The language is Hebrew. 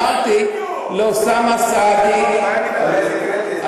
אמרתי לאוסאמה סעדי,